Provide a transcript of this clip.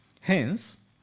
Hence